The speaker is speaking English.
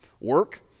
Work